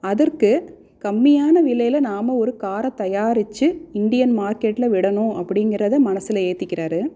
அதற்கு கம்மியான விலையில் நாம் ஒரு காரை தயாரித்து இந்தியன் மார்க்கெட்டில் விடணும் அப்படிங்கிறத மனதில் ஏற்றிக்கிறாரு